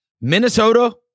Minnesota